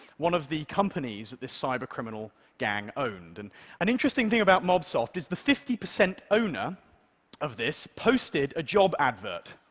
one of the companies that this cybercriminal gang owned, and an interesting thing about mobsoft is the fifty percent owner of this posted a job advert,